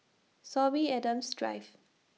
Sorby Adams Drive